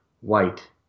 white